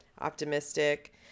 optimistic